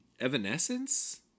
Evanescence